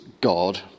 God